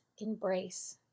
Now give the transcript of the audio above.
embrace